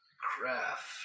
Craft